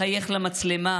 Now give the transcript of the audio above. לחייך למצלמה,